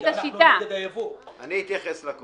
אתה איתנו במקרה הזה,